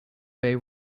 bay